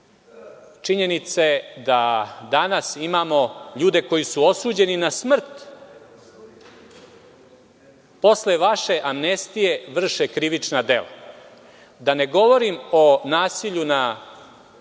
činjenice da danas imamo ljude koji su osuđeni na smrt, posle vaše amnestije vrše krivična dela, da ne govorim o nasilju na